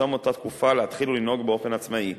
ובתום התקופה להתחיל לנהוג באופן עצמאי,